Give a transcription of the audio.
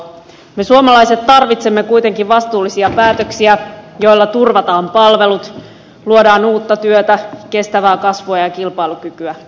me suomalaiset tarvitsemme kuitenkin vastuullisia päätöksiä joilla turvataan palvelut luodaan uutta työtä kestävää kasvua ja kilpailukykyä